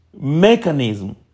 mechanism